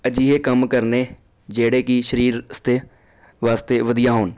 ਅਜਿਹੇ ਕੰਮ ਕਰਨੇ ਜਿਹੜੇ ਕਿ ਸਰੀਰ ਵਾਸਤੇ ਵਾਸਤੇ ਵਧੀਆ ਹੋਣ